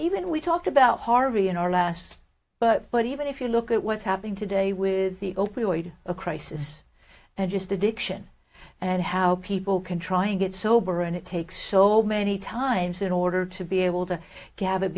even we talked about harvey in our last but but even if you look at what's happening today with the opioid a crisis and just addiction and how people can try and get sober and it takes so many times in order to be able to